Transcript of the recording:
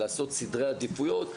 לעשות סדר עדיפויות,